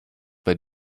bei